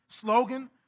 slogan